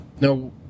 No